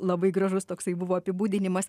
labai gražus toksai buvo apibūdinimas